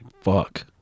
Fuck